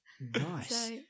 nice